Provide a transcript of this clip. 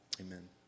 Amen